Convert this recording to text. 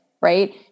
Right